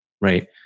right